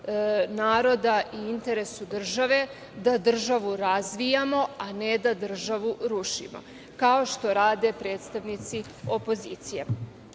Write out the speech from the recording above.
naroda i interesu države, da državu razvijamo, a ne da državu rušimo, kao što rade predstavnici opozicije. Na